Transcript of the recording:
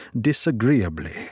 disagreeably